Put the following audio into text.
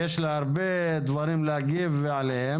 ויש לה הרבה דברים להגיב עליהם.